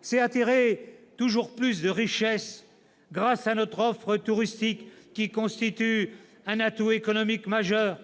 c'est attirer toujours plus de richesses grâce à notre offre touristique, qui constitue un atout économique majeur ;